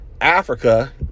Africa